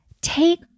take